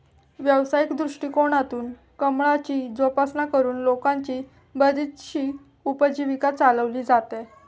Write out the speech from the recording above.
व्यावसायिक दृष्टिकोनातून कमळाची जोपासना करून लोकांची बरीचशी उपजीविका चालवली जाते